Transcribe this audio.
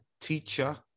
teacher